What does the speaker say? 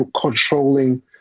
controlling